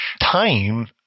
time